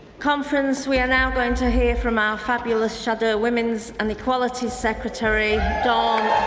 conference, we are now going to hear from our fabulous shadow women's and equalities secretary, dawn